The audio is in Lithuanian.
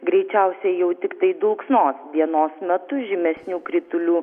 greičiausiai jau tiktai dulksnos dienos metu žymesnių kritulių